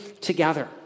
together